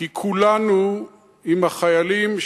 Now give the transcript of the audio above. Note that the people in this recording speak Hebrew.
כי כולנו עם החיילים,